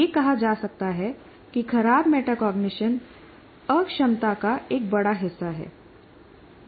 यह कहा जा सकता है कि खराब मेटाकॉग्निशन अक्षमता का एक बड़ा हिस्सा है